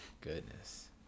goodness